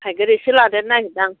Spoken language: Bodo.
थाइगेर एसे लादेरनो नागिरदां